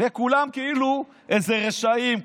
וכולם איזה רשעים,